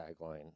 tagline